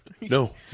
No